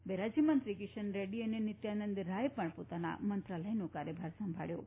બે રાજ્યમંત્રી કિશન રેડ્ડી અને નિત્યાનંદ રાયે પણ પોતાના મંત્રાલયનો કાર્યભાર સંભાળ્યો છે